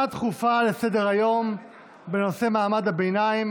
הצעות דחופות לסדר-היום בנושא: מעמד הביניים